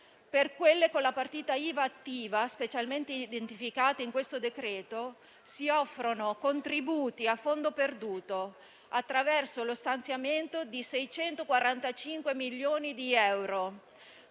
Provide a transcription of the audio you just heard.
Per quelle con la partita IVA attiva, specialmente identificate nel decreto-legge in esame, si offrono contributi a fondo perduto attraverso lo stanziamento di 645 milioni di euro,